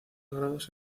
grados